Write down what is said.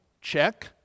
check